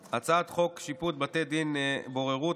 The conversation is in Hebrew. חוק שיפוט בתי דין דתיים (בוררות),